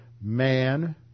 man